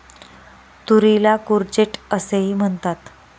तुरीला कूर्जेट असेही म्हणतात